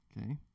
Okay